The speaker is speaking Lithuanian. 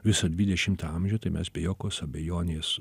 visą dvidešimtą amžių tai mes be jokios abejonės